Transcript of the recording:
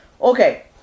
Okay